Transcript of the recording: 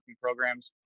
programs